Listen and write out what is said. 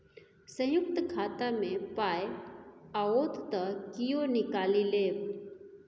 संयुक्त खाता मे पाय आओत त कियो निकालि लेब